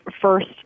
first